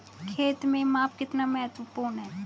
खेत में माप कितना महत्वपूर्ण है?